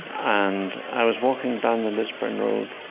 and i was walking down the lisburn road,